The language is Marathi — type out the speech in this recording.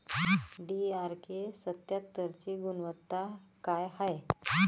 डी.आर.के सत्यात्तरची गुनवत्ता काय हाय?